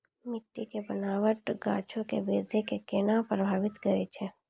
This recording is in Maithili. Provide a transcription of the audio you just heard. मट्टी के बनावट गाछो के वृद्धि के केना प्रभावित करै छै?